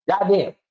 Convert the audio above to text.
Goddamn